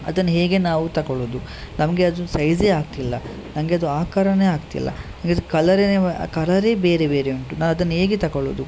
ಅದನ್ನು ಹೇಗೆ ನಾವು ತಗೊಳ್ಳೋದು ನಮಗೆ ಅದು ಸೈಝೇ ಆಗ್ತಿಲ್ಲ ನನಗೆ ಅದು ಆಕಾರವೇ ಆಗ್ತಿಲ್ಲ ಇದು ಕಲರೆನೇ ಕಲರೇ ಬೇರೆ ಬೇರೆ ಉಂಟು ನಾನು ಅದನ್ನ ಹೇಗೆ ತಗೊಳ್ಳೋದು